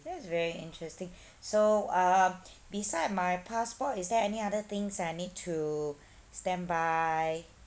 that's very interesting so um beside my passport is there any other things that I need to standby